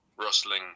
rustling